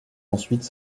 ensuite